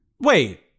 wait